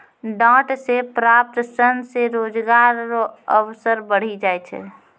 डांट से प्राप्त सन से रोजगार रो अवसर बढ़ी जाय छै